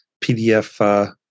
PDF